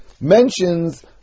mentions